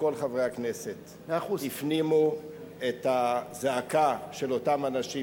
שכל חברי הכנסת הפנימו את הזעקה של אותם אנשים,